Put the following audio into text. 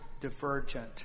divergent